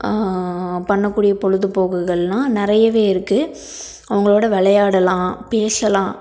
பண்ணக்கூடிய பொழுதுபோக்குகள்னா நிறையவே இருக்குது அவர்களோட விளையாடலாம் பேசலாம்